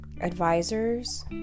Advisors